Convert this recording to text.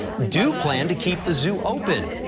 do plan to keep the zoo opened.